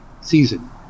season